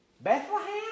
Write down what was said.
Bethlehem